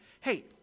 Hey